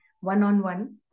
one-on-one